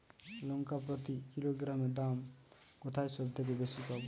লঙ্কা প্রতি কিলোগ্রামে দাম কোথায় সব থেকে বেশি পাব?